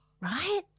Right